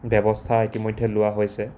ব্যৱস্থা ইতিমধ্যে লোৱা হৈছে